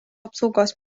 apsaugos